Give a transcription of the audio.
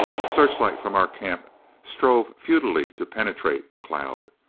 the searchlight from our camp strove futilely to penetrate the cloud.